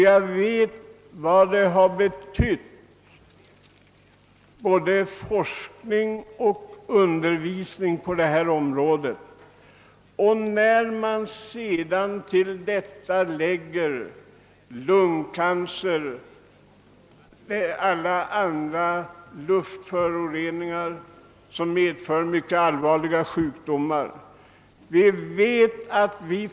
Jag vet vad forskningen och undervisningen på det området har betytt. Nu har luftföroreningarna ökat, vilket har lett till ökad förekomst av lungcancer och andra mycket allvarliga sjukdomar.